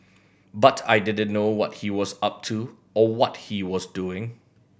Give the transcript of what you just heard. but I didn't know what he was up to or what he was doing